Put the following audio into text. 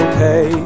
pay